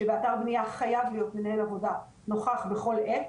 שבאתר בניה חייב להיות מנהל עבודה נוכח בכל עת.